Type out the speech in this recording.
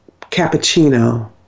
cappuccino